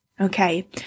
okay